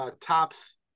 tops